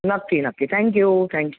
नक्की नक्की thank you thank you